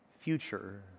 future